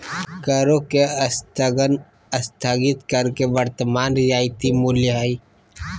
करों के स्थगन स्थगित कर के वर्तमान रियायती मूल्य हइ